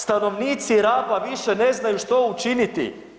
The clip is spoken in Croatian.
Stanovnici Raba više ne znaju što učiniti.